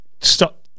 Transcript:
Stop